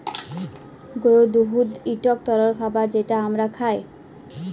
গরুর দুহুদ ইকট তরল খাবার যেট আমরা খাই